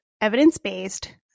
evidence-based